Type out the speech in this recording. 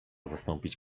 zastąpić